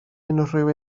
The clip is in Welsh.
unrhyw